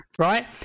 Right